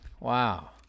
wow